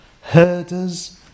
herders